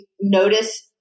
notice